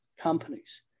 companies